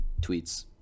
tweets